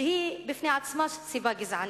שהוא בפני עצמו סיבה גזענית.